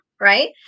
Right